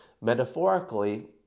metaphorically